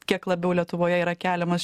kiek labiau lietuvoje yra keliamas